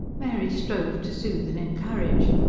mary strove to soothe and encourage.